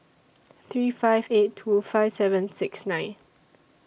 three five eight two five seven six nine